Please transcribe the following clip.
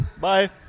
Bye